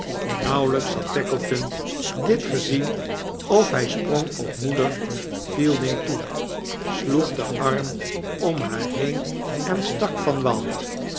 nauwelijks had tackleton dit gezien of hij sprong op moeder melding toe sloeg den arm om haar been en stak van wal